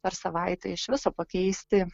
per savaitę iš viso pakeisti